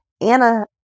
Anna